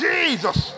Jesus